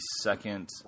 second